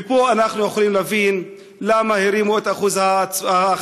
מפה אנחנו יכולים להבין למה הרימו את אחוז החסימה,